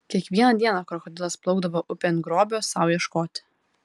kiekvieną dieną krokodilas plaukdavo upėn grobio sau ieškoti